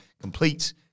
complete